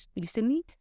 recently